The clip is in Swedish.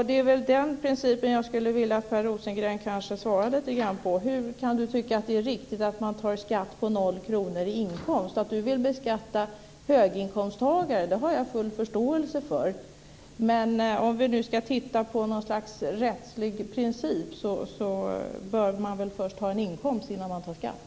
Det är den principen som jag skulle vilja att Per Rosengren kommenterade. Hur kan han tycka att det är riktigt att man tar ut skatt på noll kronor i inkomst? Att han vill beskatta höginkomsttagare har jag full förståelse för, men om vi ska titta på något slags rättslig princip bör man väl först ha en inkomst innan vi tar ut skatt.